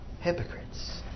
hypocrites